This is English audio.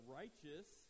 righteous